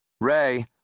Ray